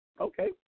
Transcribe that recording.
Okay